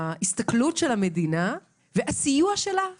ההסתכלות של המדינה והסיוע שלה לנפגעים,